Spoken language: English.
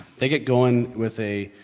the get going with a,